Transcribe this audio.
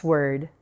Word